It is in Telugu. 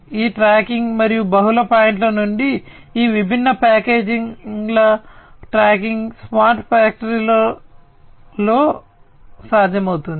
ఈ ట్రాకింగ్ మరియు బహుళ పాయింట్ల నుండి ఈ విభిన్న ప్యాకేజీల ట్రాకింగ్ స్మార్ట్ ఫ్యాక్టరీలో సాధ్యమవుతుంది